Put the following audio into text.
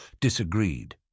disagreed